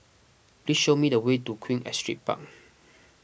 please show me the way to Queen Astrid Park